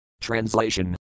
Translation